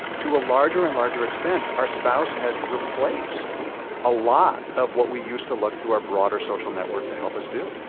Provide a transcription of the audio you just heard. to a larger and larger extent, our spouse has replaced a lot of what we used to look to our broader social network to help us do